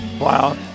Wow